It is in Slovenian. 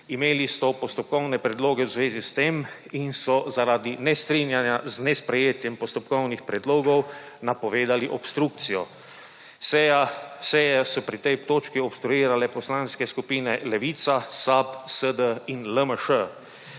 Imeli so postopkovne predloge v zvezi s tem in so zaradi nestrinjanja z nesprejetjem postopkovnih predlogov napovedali obstrukcijo. Sejo so pri tej točki obstruirale poslanske skupine Levica, SAB, SD in LMŠ.